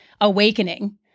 awakening